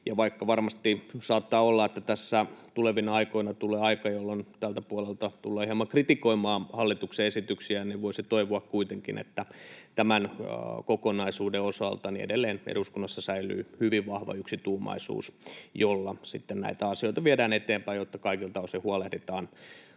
vaikka varmasti saattaa olla, että tässä tulevina aikoina tulee aika, jolloin tältä puolelta tullaan hieman kritikoimaan hallituksen esityksiä, niin voisi toivoa kuitenkin, että tämän kokonaisuuden osalta edelleen eduskunnassa säilyy hyvin vahva yksituumaisuus, jolla sitten näitä asioita viedään eteenpäin, jotta kaikilta osin huolehditaan